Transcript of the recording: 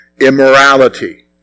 immorality